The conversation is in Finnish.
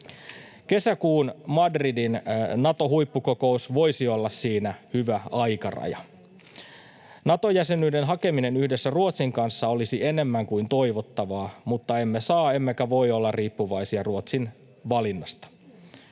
Kesäkuun Madridin Nato-huippukokous voisi olla siinä hyvä aikaraja. Nato-jäsenyyden hakeminen yhdessä Ruotsin kanssa olisi enemmän kuin toivottavaa, mutta emme saa emmekä voi olla riippuvaisia Ruotsin valinnasta.